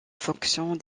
fonction